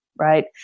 Right